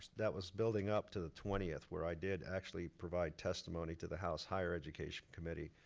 that was building up to the twentieth, where i did actually provide testimony to the house higher education committee.